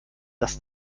das